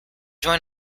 join